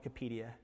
Wikipedia